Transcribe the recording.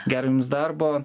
gero jums darbo